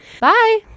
bye